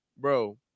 bro